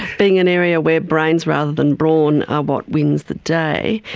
being an area where brains rather than brawn are what wins the day.